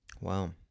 Wow